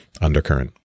undercurrent